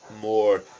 more